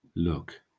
Look